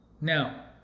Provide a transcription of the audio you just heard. Now